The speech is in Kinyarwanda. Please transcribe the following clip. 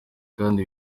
kandi